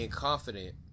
confident